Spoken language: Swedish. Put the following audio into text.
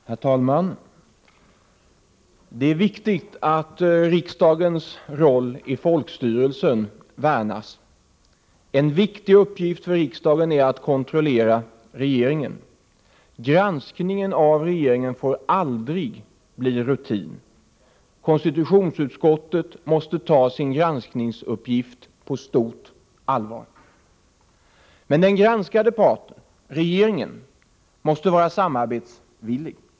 Granskningsarbe Herr talman! Det är viktigt att riksdagens roll i folkstyrelsen värnas. En = tets inriktning, viktig uppgift för riksdagen är att kontrollera regeringen. Granskningen av m.m. regeringen får aldrig bli rutin. Konstitutionsutskottet måste ta sin granskningsuppgift på stort allvar. Men den granskade parten — regeringen — måste vara samarbetsvillig.